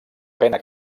pena